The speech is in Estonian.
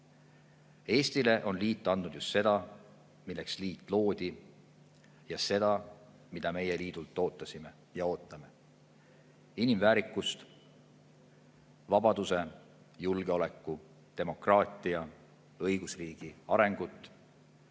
Eestile on liit andnud just seda, milleks liit loodi, ja seda, mida meie liidult ootasime ja ootame – inimväärikust, vabaduse, julgeoleku, demokraatia ja õigusriigi arengut